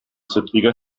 zittriger